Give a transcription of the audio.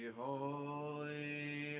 holy